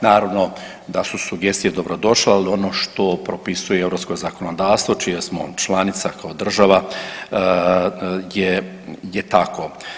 Naravno da su sugestije dobro došle, ali ono što propisuje europsko zakonodavstvo čija smo članica kao država je, je tako.